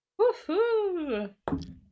Woohoo